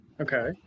Okay